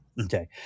Okay